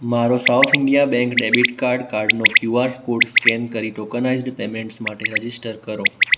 મારો South India Bank debit card કાર્ડનો QR code scan કરી ટોકનાઈઝ્ડ પેમેન્ટ્સ માટે રજિસ્ટર કરો